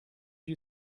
you